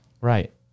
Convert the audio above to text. Right